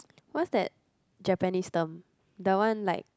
what's that Japanese term the one like